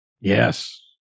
Yes